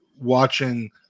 watching